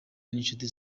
n’inshuti